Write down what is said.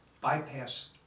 bypass